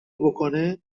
بکنه